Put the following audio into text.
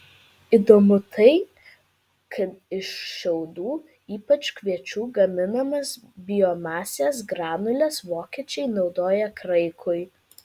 įdomu tai kad iš šiaudų ypač kviečių gaminamas biomasės granules vokiečiai naudoja kraikui